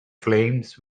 flames